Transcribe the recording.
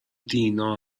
دینا